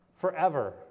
forever